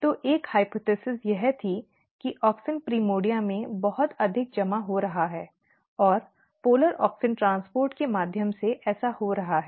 तो एक परिकल्पना यह थी कि ऑक्सिन प्राइमर्डिया में बहुत अधिक जमा हो रहा है और ध्रुवीय ऑक्सिन परिवहन के माध्यम से ऐसा हो रहा है